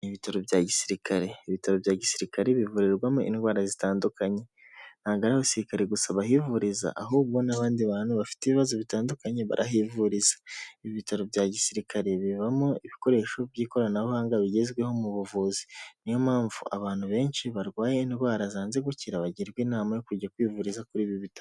Ibitaro bya gisirikare, ibitaro bya gisirikare bivurirwamo indwara zitandukanye ntago ari abasirikare gusa bahivuriza ahubwo n'abandi bantu bafite ibibazo bitandukanye barahivuriza, ibitaro bya gisirikare bibamo ibikoresho by'ikoranabuhanga bigezweho mu buvuzi niyo mpamvu abantu benshi barwaye indwara zanze gukira bagirwa inama yo kujya kwivuriza kuri ibi bitaro.